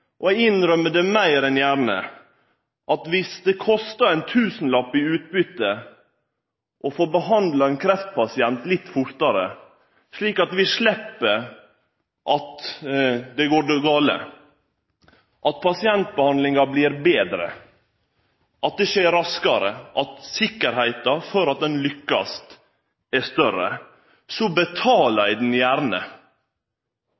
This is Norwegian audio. kostar ein tusenlapp å få behandla ein kreftpasient litt fortare, slik at vi slepp at det går gale, at pasientbehandlinga blir betre, at det skjer raskare, og at sikkerheita for at ein lukkast, er større, betaler eg gjerne – eg betaler